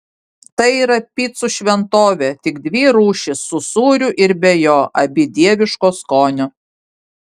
tai yra picų šventovė tik dvi rūšys su sūriu ir be jo abi dieviško skonio